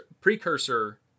precursor